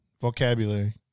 Vocabulary